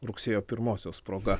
rugsėjo pirmosios proga